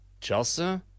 Chelsea